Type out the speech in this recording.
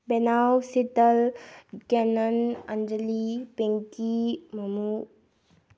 ꯕꯦꯅꯥꯎ ꯁꯤꯇꯜ ꯀꯦꯅꯟ ꯑꯟꯖꯂꯤ ꯄꯤꯡꯀꯤ ꯃꯨꯃꯨ